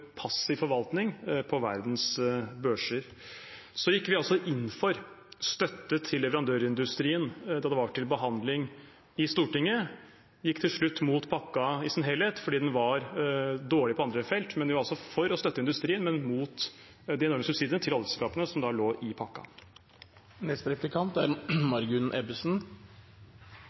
passiv forvaltning på verdens børser. Så gikk vi altså inn for støtte til leverandørindustrien da det var til behandling i Stortinget. Vi gikk til slutt mot pakken i sin helhet fordi den var dårlig på andre felt. Vi var altså for å støtte industrien, men mot de enorme subsidiene til oljeselskapene som da lå i pakken. Jeg kommer fra vakre Nordland hvor mye er